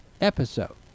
episode